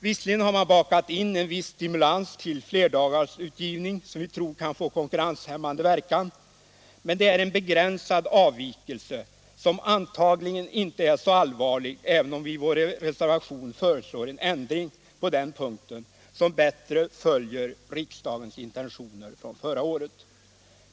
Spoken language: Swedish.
Visserligen har man bakat in en viss stimulans till flerdagarsutgivning som vi tror kan få konkurrenshämmande verkan. Men det är en begränsad avvikelse som antagligen inte är så allvarlig, även om vi i vår reservation föreslår en ändring på den punkten som bättre följer riksdagens intentioner från förra året.